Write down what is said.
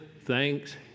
thanks